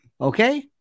Okay